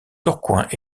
tourcoing